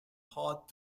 hot